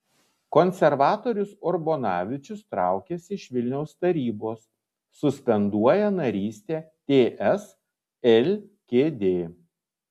konservatorius urbonavičius traukiasi iš vilniaus tarybos suspenduoja narystę ts lkd